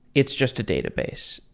it's just a database.